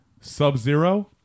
Sub-Zero